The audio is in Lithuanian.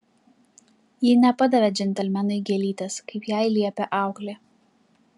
ji nepadavė džentelmenui gėlytės kaip jai liepė auklė